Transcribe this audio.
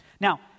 Now